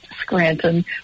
Scranton